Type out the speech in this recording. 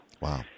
Wow